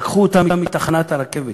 לקחו אותם מתחנת הרכבת,